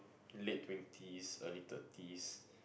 late twenties early thirties